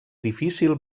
difícil